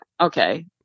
okay